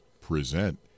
present